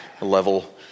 Level